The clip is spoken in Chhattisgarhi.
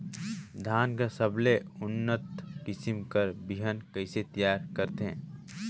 धान कर सबले उन्नत किसम कर बिहान कइसे तियार करथे?